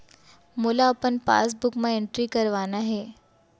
मोला अपन पासबुक म एंट्री करवाना हे?